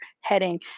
heading